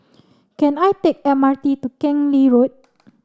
can I take M R T to Keng Lee Road